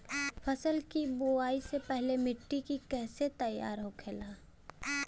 फसल की बुवाई से पहले मिट्टी की कैसे तैयार होखेला?